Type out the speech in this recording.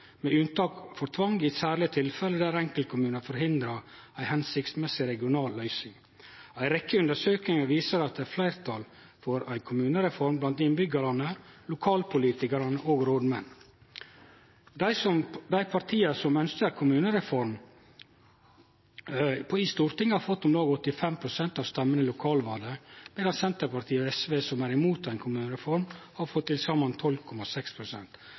med unntak for tvang i særlege tilfelle der enkeltkommunar forhindrar ei formålstenleg regional løysing. Ei rekkje undersøkingar viser at det er fleirtal for ei kommunereform blant innbyggjarane, lokalpolitikarane og rådmenn. Dei partia som ønskjer ei kommunereform i Stortinget, har fått om lag 85 pst. av stemmene i lokalvalet, medan Senterpartiet og SV, som er imot ei kommunereform, har fått til saman